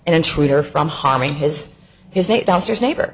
an intruder from harming his his mate downstairs neighbor